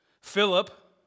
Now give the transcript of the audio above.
Philip